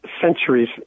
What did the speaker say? centuries